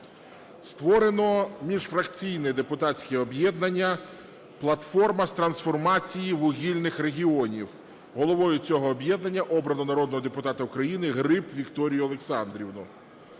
Створено міжфракційне депутатське об'єднання "Платформа з трансформації вугільних регіонів". Головою цього об'єднання обрано народного депутата України Гриб Вікторію Олександрівну.